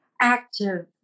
active